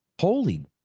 Holy